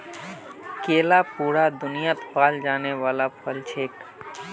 केला पूरा दुन्यात पाल जाने वाला फल छिके